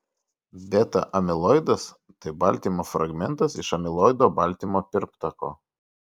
beta amiloidas tai baltymo fragmentas iš amiloido baltymo pirmtako